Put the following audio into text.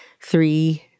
three